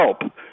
help